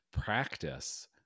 practice